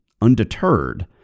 undeterred